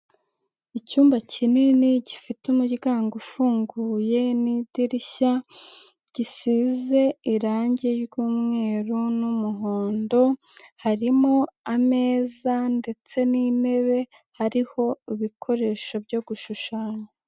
Icyumba kinini gifite umuryango ufunguye n'idirishya, gisize irangi ry'umweru n'umuhondo harimo ameza ndetse n'intebe hariho ibikoresho byo gushushanya.